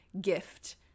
gift